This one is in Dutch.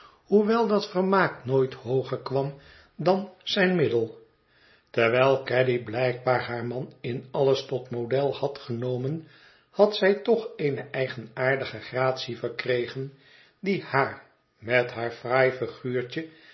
hoewel dat vermaak nooit hooger kwam dan zijn middel terwijl caddy blijkbaar haar man in alles tot model had genomen had zij toch eene eigenaardige gratie verkregen die haar met haar